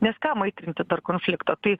nes kam aitrinti dar konfliktą tai